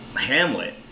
Hamlet